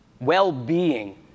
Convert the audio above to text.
well-being